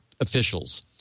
officials